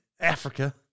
Africa